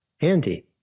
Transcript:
Andy